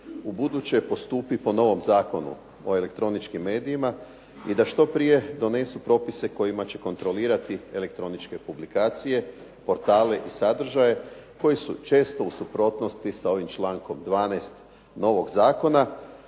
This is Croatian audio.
ubuduće postupi po novom Zakonu o elektroničkim medijima i da što prije donesu propise kojima će kontrolirati elektroničke publikacije, portale i sadržaje koji su često u suprotnosti s ovim člankom 12. novog zakona